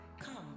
come